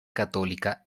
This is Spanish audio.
católica